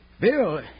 Bill